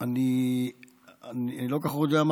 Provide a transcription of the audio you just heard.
אני לא כל כך יודע,